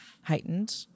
heightened